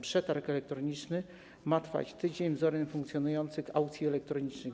Przetarg elektroniczny ma trwać tydzień, na wzór funkcjonujących aukcji elektronicznych.